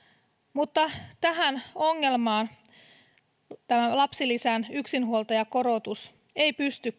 mutta tähän ongelmaan lapsilisän yksinhuoltajakorotus ei pysty